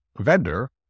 vendor